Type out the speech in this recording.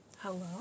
Hello